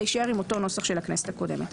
להישאר עם אותו נוסח של הכנסת הקודמת.